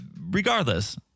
Regardless